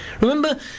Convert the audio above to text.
Remember